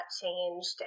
changed